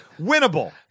Winnable